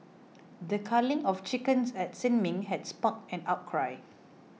the culling of chickens at Sin Ming had sparked an outcry